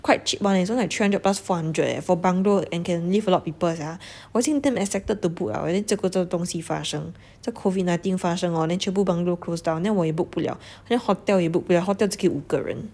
quite cheap [one] it's only like three hundred plus four hundred eh for bungalow and can live a lot of people sia 我已经 damn excited to book liao then 结果这个东西发生这 COVID nineteen 发生 hor then 全部 bungalow close down then 我也 book 不了 then hotel 也 book 不了 hotel 只可以五个人